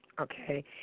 okay